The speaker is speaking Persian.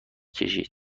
کشید